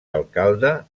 alcalde